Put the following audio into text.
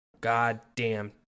goddamn